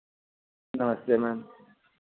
नमस्ते मैम